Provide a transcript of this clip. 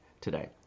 today